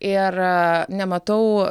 ir nematau